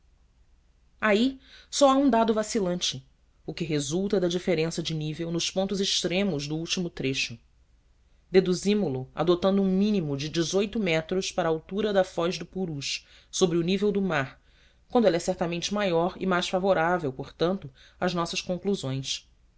aí só há um dado vacilante o que resulta da diferença de nível nos pontos extremos do último trecho deduzimo lo adotando um mínimo de metros para a altura da foz do purus sobre o nível do mar quando ela é certamente maior e mais favorável portanto às nossas conclusões